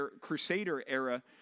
Crusader-era